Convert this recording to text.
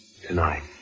Tonight